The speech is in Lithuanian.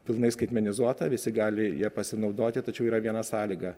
pilnai skaitmenizuota visi gali ja pasinaudoti tačiau yra viena sąlyga